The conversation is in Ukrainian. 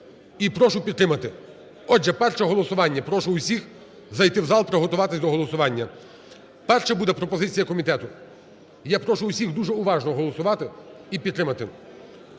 І прошу підтримати. Отже, перше голосування. Прошу всіх зайти в зал приготуватись до голосування. Перша буде пропозиція комітету, я прошу всіх дуже уважно голосувати і підтримати.